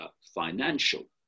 financial